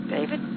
David